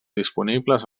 disponibles